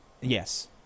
yes